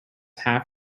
half